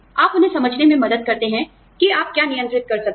आप उन्हें समझने में मदद करते हैं कि आप क्या नियंत्रित कर सकते हैं